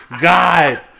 God